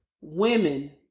Women